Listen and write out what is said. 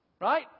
Right